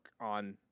on